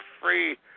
free